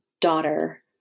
daughter